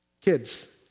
Kids